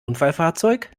unfallfahrzeug